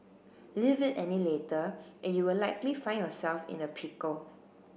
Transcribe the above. leave it any later and you will likely find yourself in a pickle